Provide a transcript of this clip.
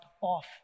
off